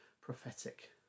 prophetic